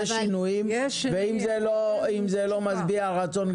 יש שינויים ואם זה לא משביע רצון אז